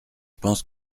pense